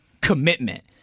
commitment